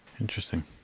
Interesting